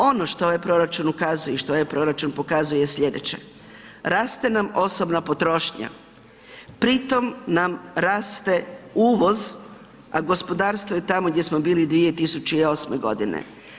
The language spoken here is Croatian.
Ono što ovaj proračun ukazuje i što ovaj proračun pokazuje je sljedeće, raste nam osobna potrošnja, pri tome nam raste uvoz a gospodarstvo je tamo gdje smo bili 2008. godine.